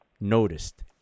noticed